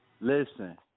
Listen